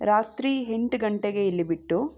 ರಾತ್ರಿ ಎಂಟು ಗಂಟೆಗೆ ಇಲ್ಲಿ ಬಿಟ್ಟು